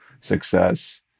success